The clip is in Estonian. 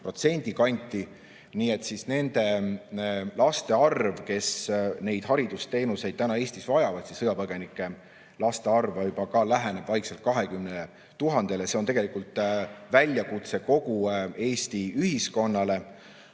40% kanti. Nii et nende laste arv, kes neid haridusteenuseid täna Eestis vajavad, sõjapõgenike laste arv, läheneb vaikselt 20 000‑le. See on tegelikult väljakutse kogu Eesti ühiskonnale.